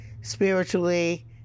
spiritually